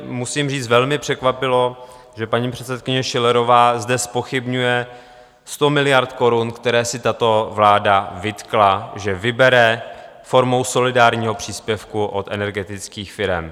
Musím říct, mě velmi překvapilo, že paní předsedkyně Schillerová zde zpochybňuje 100 miliard korun, které si tato vláda vytkla, že vybere formou solidárního příspěvku od energetických firem.